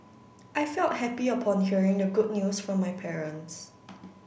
I felt happy upon hearing the good news from my parents